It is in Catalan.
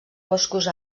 boscos